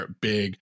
big